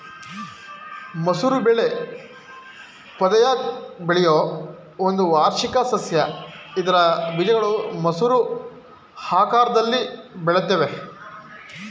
ಮಸೂರ ಬೆಳೆ ಪೊದೆಯಾಗ್ ಬೆಳೆಯೋ ಒಂದು ವಾರ್ಷಿಕ ಸಸ್ಯ ಇದ್ರ ಬೀಜಗಳು ಮಸೂರ ಆಕಾರ್ದಲ್ಲಿ ಬೆಳೆಯುತ್ವೆ